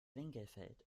winkelfeld